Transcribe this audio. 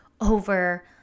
over